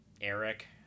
Eric